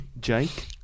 Jake